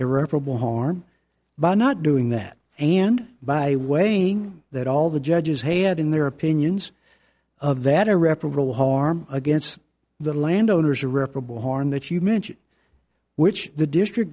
irreparable harm by not doing that and by weighing that all the judges had in their opinions of that irreparable harm against the landowners reparable harm that you mention which the district